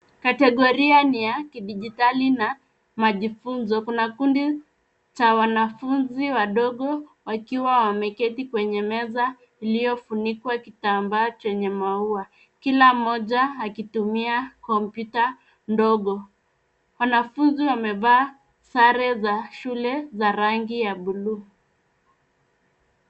Kategoria ni ya kidigitali na majifunzo, kuna kundi cha wanafunzi wadogo wakiwa wameketi kwenye meza iliyofunikwa kitambaa chenye maua, kila mmoja akitumia kopyuta ndogo. Wanafunzi wamevaa sare za shule za rangi ya buluu.